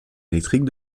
électrique